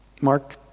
Mark